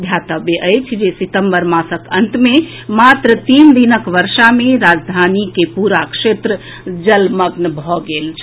ध्यातव्य अछि जे सितम्बर मासक अंत मे मात्र तीन दिनक वर्षा मे राजधानी के पूरा क्षेत्र जलमग्न भऽ गेल छल